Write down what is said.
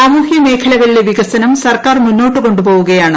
സാമൂഹ്യ മേഖലകളിലെ വികസനം സർക്കാർ മുന്നോട്ടു കൊണ്ടു പോവുകയാണ്